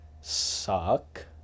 suck